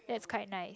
that's quite nice